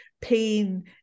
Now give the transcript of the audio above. pain